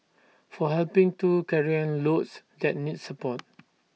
for helping to carrying loads that need support